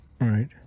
Right